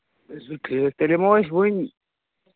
ٹھیٖک تیٚلہِ یِمو أسۍ وٕنۍ